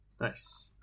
Nice